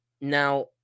Now